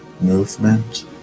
movement